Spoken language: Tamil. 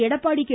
எடப்பாடி கே